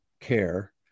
Care